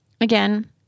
Again